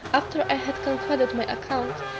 after i had concluded my account,